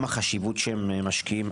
גם החשיבות שהם משקיעים.